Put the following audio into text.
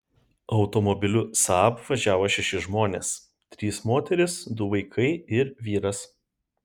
automobiliu saab važiavo šeši žmonės trys moterys du vaikai ir vyras